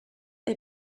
est